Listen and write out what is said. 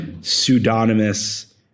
pseudonymous